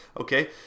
okay